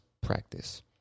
practice